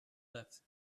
left